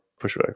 pushbacks